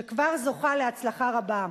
שכבר זוכה להצלחה רבה,